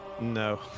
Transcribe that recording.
No